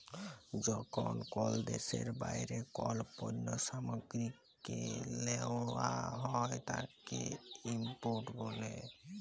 যখন কল দ্যাশের বাইরে কল পল্য সামগ্রীকে লেওয়া হ্যয় তাকে ইম্পোর্ট ব্যলে